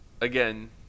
again